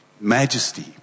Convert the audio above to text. Majesty